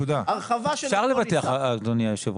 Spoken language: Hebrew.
אפשר לבטח, אדוני היושב-ראש.